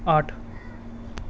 आठ